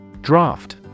Draft